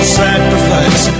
sacrifice